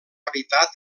habitat